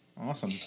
awesome